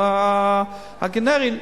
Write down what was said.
והגנרי,